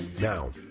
Now